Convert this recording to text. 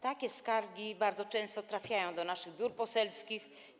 Takie skargi bardzo często trafiają do naszych biur poselskich.